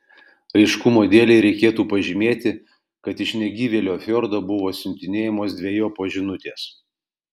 aiškumo dėlei reikėtų pažymėti kad iš negyvėlio fjordo buvo siuntinėjamos dvejopos žinutės